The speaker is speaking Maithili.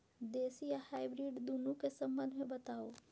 देसी आ हाइब्रिड दुनू के संबंध मे बताऊ?